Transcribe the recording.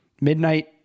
Midnight